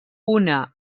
una